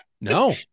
No